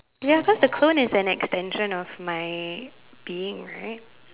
ya cause the clone is an extension of my being right